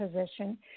position